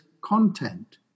content